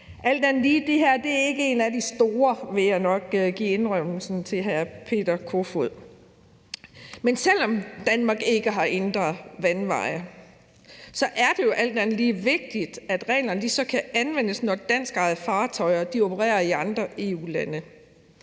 Alt andet lige er det her ikke et af dem af stor relevans , må jeg nok indrømme over for hr. Peter Kofod. Men selv om Danmark ikke har indre vandveje, er det jo alt andet lige vigtigt, at reglerne så kan anvendes, når danskejede fartøjer opererer i andre EU-lande,